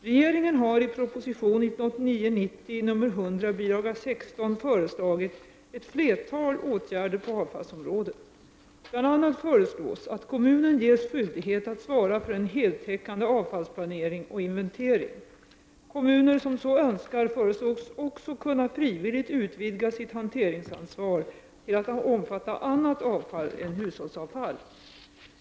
Regeringen har i proposition 1989/90:100, bil. 16, föreslagit ett flertal åtgärder på avfallsområdet. Bl.a. föreslås att kommunen ges skyldighet att svara för en heltäckande avfallsplanering och inventering. Kommuner som så önskar föreslås också kunna frivilligt utvidga sitt hanteringsansvar till att omfatta annat avfall än hushållsavfall.